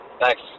thanks